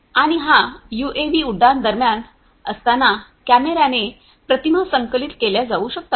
आणि हा यूएव्ही उड्डाण दरम्यान असताना कॅमेर्याने प्रतिमा संकलित केल्या जाऊ शकतात